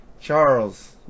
Charles